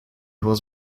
was